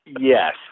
Yes